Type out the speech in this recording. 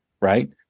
right